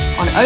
on